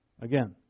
Again